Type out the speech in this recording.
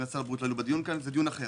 זה דיון אחר.